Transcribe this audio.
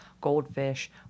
goldfish